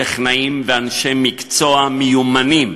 טכנאים ואנשי מקצוע מיומנים,